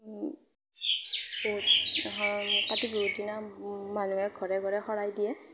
কাতি বিহুত দিনা মানুহে ঘৰে ঘৰে শৰাই দিয়ে